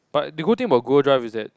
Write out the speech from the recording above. but the good thing about Google Drive is that